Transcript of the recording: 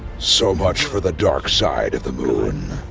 so much for the dark side of the moon.